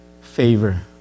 favor